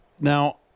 Now